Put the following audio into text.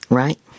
right